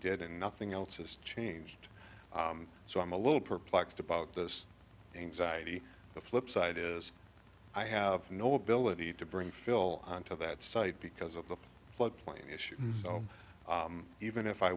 did and nothing else has changed so i'm a little perplexed about this anxiety the flipside is i have no ability to bring phil to that site because of the flood plain issue so even if i